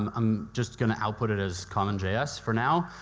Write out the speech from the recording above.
um i'm just going to output it as common js for now.